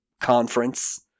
conference